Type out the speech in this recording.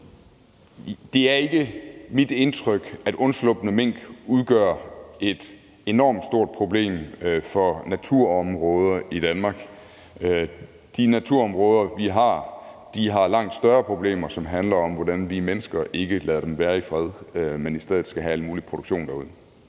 Det er ikke mit indtryk, at undslupne mink udgør et enormt stort problem for naturområder i Danmark. De naturområder, vi har, har langt større problemer, som handler om, hvordan vi mennesker ikke lader dem være i fred, men i stedet skal have al mulig produktion derude.